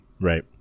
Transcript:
Right